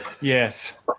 Yes